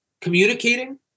communicating